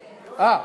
אה,